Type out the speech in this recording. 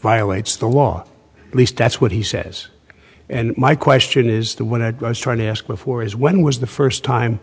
violates the law at least that's what he says and my question is the one i was trying to ask before is when was the first time